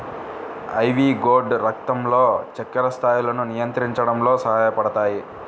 ivy gourd రక్తంలో చక్కెర స్థాయిలను నియంత్రించడంలో సహాయపడతాయి